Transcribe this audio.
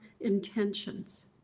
intentions